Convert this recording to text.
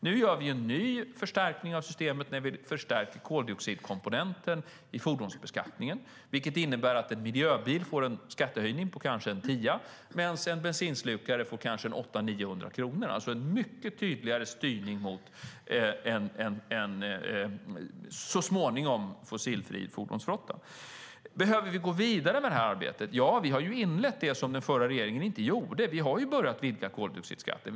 Nu gör vi en ny förstärkning av systemet när vi förstärker koldioxidkomponenten i fordonsbeskattningen, vilket innebär att en miljöbil får en skattehöjning på kanske en tia medan en bensinslukare får kanske 800-900 kronor. Det är alltså en mycket tydligare styrning mot en så småningom fossilfri fordonsflotta. Behöver vi gå vidare med detta arbete? Ja, vi har inlett det som den förra regeringen inte gjorde. Vi har börjat vidga koldioxidskatten.